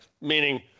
meaning